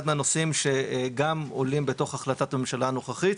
אחד מהנושאים שגם עולים בתוך החלטת הממשלה הנוכחית.